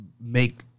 Make